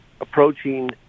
approaching